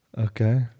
Okay